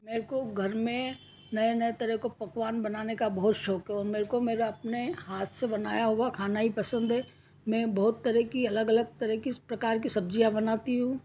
मेरे को घर में नए नए तरह के पकवान बनाने का बहुत शौक हो मेरे को मेरा अपने हाथ से बनाया हुआ खाना ही पसंद है मैं बहुत तरह की अलग अलग तरह की इस प्रकार की सब्जियाँ बनाती हूँ